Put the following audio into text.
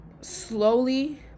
Slowly